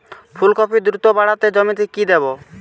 ফুলকপি দ্রুত বাড়াতে জমিতে কি দেবো?